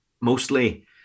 mostly